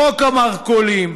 חוק המרכולים,